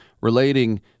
relating